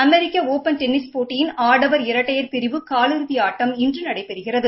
அமெிக்க open tennis போட்டியின் ஆடவர் இரட்டையர் பிரிவு கால் இறுதி ஆட்டம் இன்று நடைபெறுகிறது